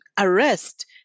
arrest